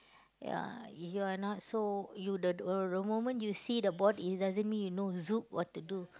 ya you are not so you the the moment you see the body doesn't mean you know what to do